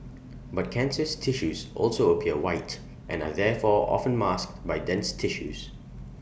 but cancerous tissues also appear white and are therefore often masked by dense tissues